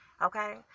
Okay